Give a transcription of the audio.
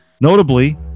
Notably